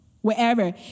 Wherever